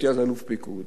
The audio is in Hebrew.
הייתי אז אלוף פיקוד